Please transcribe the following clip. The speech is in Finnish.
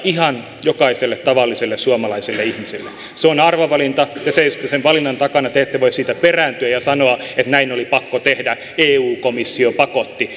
ihan jokaiselle tavalliselle suomalaiselle ihmiselle se on arvovalinta te seisotte sen valinnan takana te ette voi siitä perääntyä ja sanoa että näin oli pakko tehdä eu komissio pakotti